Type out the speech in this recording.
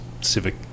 civic